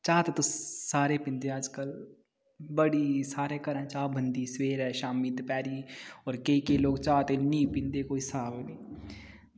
चाह् ते तुस सारे पींदे अज्जकल बड़ी सारे घरें चाह् बनदी सबेरै शामीं दपैह्रीं होर केईं केईं लोग इन्नी चाह् पींदे कोई स्हाब निं